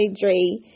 Dre